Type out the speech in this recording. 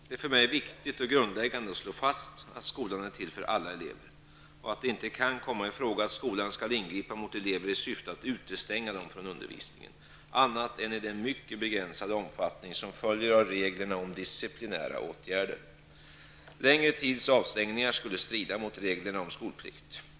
Det är för mig viktigt och grundläggande att slå fast att skolan är till för alla elever och att det inte kan komma i fråga att skolan skall ingripa mot elever i syfte att utestänga dem från undervisningen, annat än i den mycket begränsade omfattning som följer av reglerna om disciplinära åtgärder. Längre tids avstängningar skulle strida mot reglerna om skolplikt.